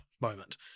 moment